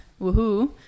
woohoo